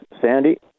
Sandy